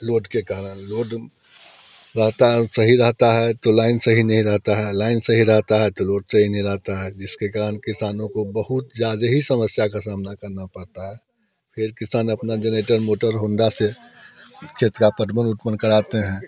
load के कारण load रहता है सही रहता है तो लाइन सही नहीं रहता है लाइन सही रहता है तो लोड सही नहीं रहता है जिसके कारण किसानों को बहुत ज़्यादा ही समस्या का सामना करना पड़ता है फिर किसान अपना जनरेटर मोटर होंडा से खेत का पटवन उत्पन्न कराते हैं